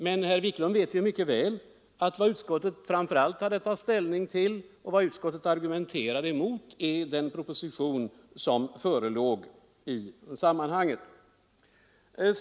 Men herr Wiklund vet också mycket väl att vad utskottet framför allt tagit ställning till och argumenterade emot var den proposition som förelåg i sammanhanget.